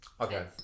Okay